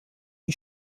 die